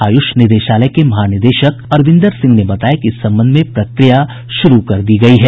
आयुष निदेशालय के महानिदेशक अरविंदर सिंह ने बताया कि इस संबंध में प्रक्रिया शुरू कर दी गयी है